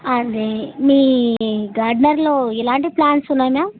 అండి మీ గార్డనర్లో ఎలాంటి ప్లాంట్స్ ఉన్నాయి మ్యామ్